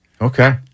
Okay